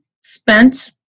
spent